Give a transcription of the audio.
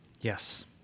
Yes